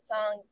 Song